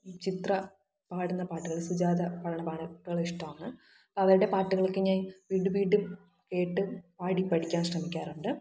ഈ ചിത്ര പാടുന്ന പാട്ടുകൾ സുജാത പാടുന്ന പാട്ടുകൾ ഒക്കെ ഇഷ്ടമാണ് അവരുടെ പാട്ടുകളൊക്കെ ഞാന് വീണ്ടും വീണ്ടും കേട്ടും പാടി പഠിക്കാൻ ശ്രമിക്കാറുണ്ട്